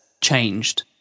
changed